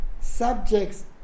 subjects